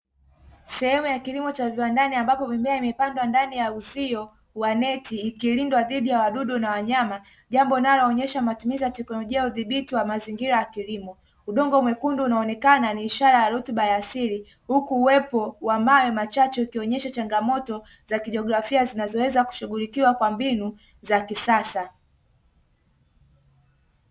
Sehemu ya kilimo cha viwandani ambapo mimea imepandwa ndani ya uzio wa neti, ikilindwa dhidi ya wadudu na wanyama jambo linaloonyesha matumizi ya teknolojia ya udhibiti wa mazingira ya kilimo. Udongo mwekundu unaonekana ni ishara ya rutuba ya asili huku uwepo wa mawe machache ukionyesha changamoto za kijeografia zinazoweza kushughulikiwa kwa mbinu za kisasa.